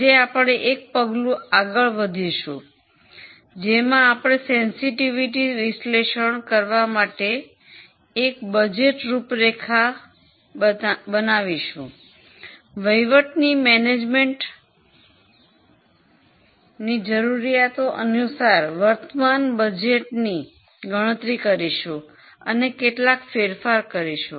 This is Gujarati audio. આજે આપણે એક પગલું આગળ ગુજરાતી વધીશું જેમાં આપણે સેન્સિટિવિટી વિશ્લેષણ કરવા માટે એક બજેટ રૂપરેખા બનાવીશું વહીવટની જરૂરિયાતો અનુસાર વર્તમાન બજેટની ગણતરી કરીશું અને કેટલાક ફેરફાર કરીશું